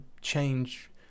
change